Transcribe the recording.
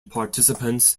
participants